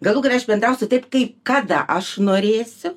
galų gale aš bendrausiu taip kaip kada aš norėsiu